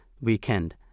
weekend